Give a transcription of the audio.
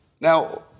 Now